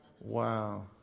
Wow